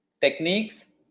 techniques